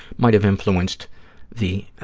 might have influenced the